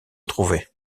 trouvés